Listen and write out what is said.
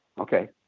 Okay